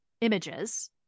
images